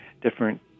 different